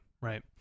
right